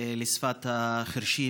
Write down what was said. לשפת החירשים,